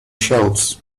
shelves